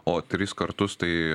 o tris kartus tai